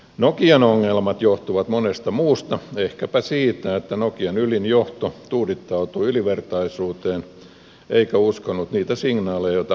nokian ongelmat johtuvat monesta muusta syystä ehkäpä siitä että nokian ylin johto tuudittautui ylivertaisuuteen eikä uskonut niitä signaaleja joita markkinoilta tuli